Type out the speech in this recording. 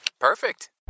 Perfect